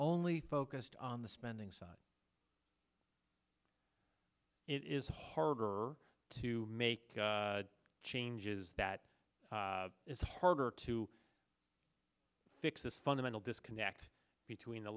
only focused on the spending side it is harder to make changes that is harder to fix this fundamental disconnect between the